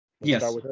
yes